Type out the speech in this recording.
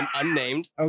unnamed